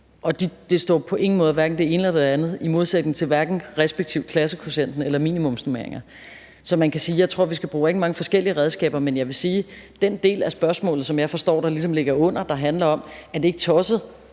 Det ene eller det andet står ikke i modsætning til respektivt klassekvotienter eller minimumsnormeringer. Jeg tror, at vi skal bruge rigtig mange forskellige redskaber, men jeg vil sige om den del af spørgsmålet, som jeg forstår der ligesom ligger under, og som handler om, om det ikke er tosset,